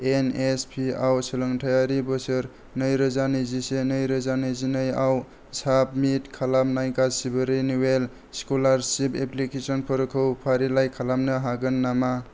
एनएसपिआव सोलोंथायारि बोसोर नैरोजा नैजिसे नैरोजा नैजिनैआव साबमिट खालामनाय गासैबो रिनिवेल स्क'लारशिप एप्लिकेसनफोरखौ फारिलाइ खालामनो हागोन नामा